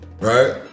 Right